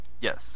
Yes